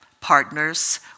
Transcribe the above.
partners